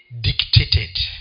dictated